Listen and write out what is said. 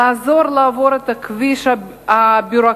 לעזור לעבור את הכביש הביורוקרטי,